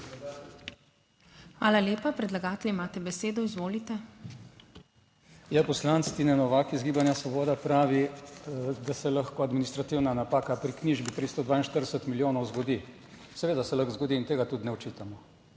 Hvala lepa. Predlagatelj imate besedo, izvolite. **ZVONKO ČERNAČ (PS SDS):** Ja, poslanec Tine Novak iz Gibanja Svoboda pravi, da se lahko administrativna napaka pri knjižbi, pri 142 milijonov zgodi. Seveda se lahko zgodi in tega tudi ne očitamo.